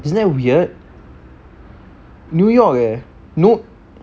isn't that weird new york eh no